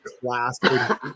classic